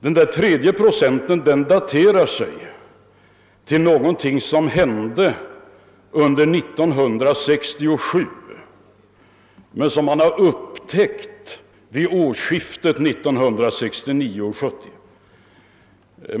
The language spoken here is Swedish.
Den tredje procenten daterar sig till någonting som hände under 1967 men som man har upptäckt vid årsskiftet 1969/1970.